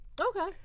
Okay